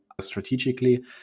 strategically